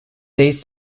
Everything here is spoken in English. these